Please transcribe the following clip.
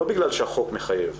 לא בגלל שהחוק מחייב,